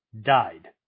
died